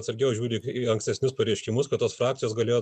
atsargiau žiūri į ankstesnius pareiškimus kad tos frakcijos galėjo